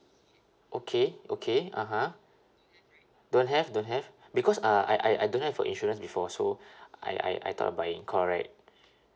okay okay (uh huh) don't have don't have because uh I I I don't have a insurance before so I I I thought of buying correct